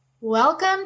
Welcome